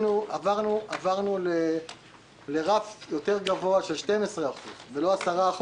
עברנו לרף גבוה יותר של 12% ולא 10%,